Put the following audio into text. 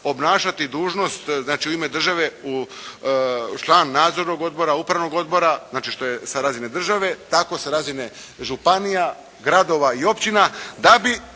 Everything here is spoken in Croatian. obnašati dužnost znači u ime države u, član nadzornog odbora, upravnog odbora, znači što je sa razine države, tako sa razine županija, gradova i općina da bi